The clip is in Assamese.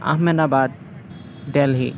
আহমেদাবাদ দেলহি